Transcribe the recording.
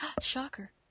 Shocker